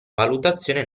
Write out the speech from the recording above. valutazione